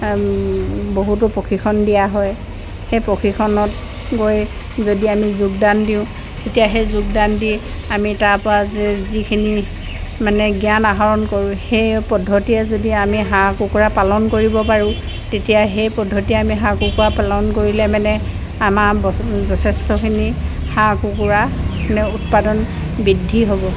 বহুতো প্ৰশিক্ষণ দিয়া হয় সেই প্ৰশিক্ষণত গৈ যদি আমি যোগদান দিওঁ তেতিয়া সেই যোগদান দি আমি তাৰপৰা যে যিখিনি মানে জ্ঞান আহৰণ কৰোঁ সেই পদ্ধতিৰে যদি আমি হাঁহ কুকুৰা পালন কৰিব পাৰোঁ তেতিয়া সেই পদ্ধতিৰে আমি হাঁহ কুকুৰা পালন কৰিলে মানে আমাৰ যথেষ্টখিনি হাঁহ কুকুৰা মানে উৎপাদন বৃদ্ধি হ'ব